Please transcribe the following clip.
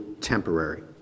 temporary